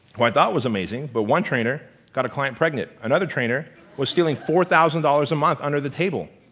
who i thought was amazing, but one trainer got a client pregnant, another trainer was doing four thousand dollars a month under the table,